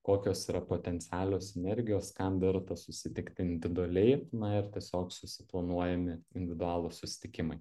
kokios yra potencialios sinergijos kam verta susitikti individualiai na ir tiesiog susiplanuojami individualūs susitikimai